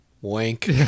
wank